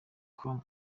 com